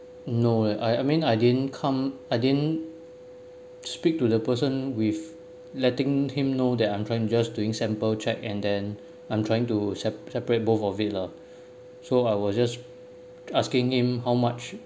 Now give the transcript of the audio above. no I I mean I didn't come I didn't speak to the person with letting him know that I'm trying just doing sample check and then I'm trying to se~ separate both of it lah so I was just asking him how much